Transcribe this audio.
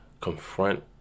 confront